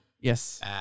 Yes